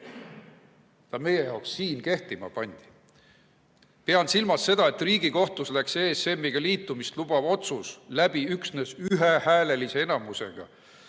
see meie jaoks siin kehtima pandi. Pean silmas seda, et Riigikohtus läks ESM‑iga liitumist lubav otsus läbi üksnes ühehäälelise enamusega,